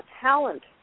talent